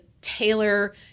tailor